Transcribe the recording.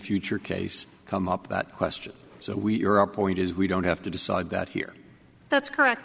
future case come up that question so we're our point is we don't have to decide that here that's correct